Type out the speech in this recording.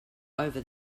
over